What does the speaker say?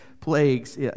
plagues